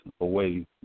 away